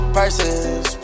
Prices